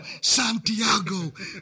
santiago